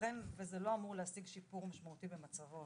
שייתכן וזה לא אמור להשיג שיפור משמעותי במצבו,